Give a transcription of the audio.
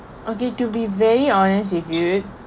okay to be very honest with you